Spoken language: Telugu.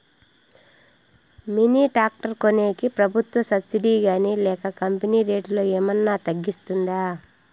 మిని టాక్టర్ కొనేకి ప్రభుత్వ సబ్సిడి గాని లేక కంపెని రేటులో ఏమన్నా తగ్గిస్తుందా?